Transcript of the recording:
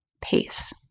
pace